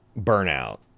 burnout